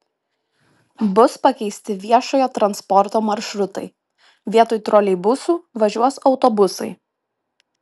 bus pakeisti viešojo transporto maršrutai vietoj troleibusų važiuos autobusai